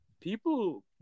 people